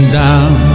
down